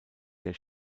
der